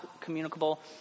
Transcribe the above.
communicable